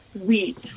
wheat